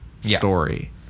story